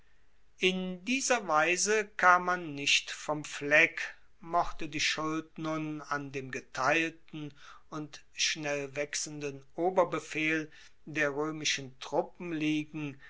in dieser weise kam man nicht vom fleck mochte die schuld nun an dem geteilten und schnell wechselnden oberbefehl der roemischen truppen liegen